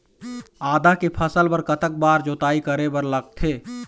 आदा के फसल बर कतक बार जोताई करे बर लगथे?